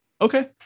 okay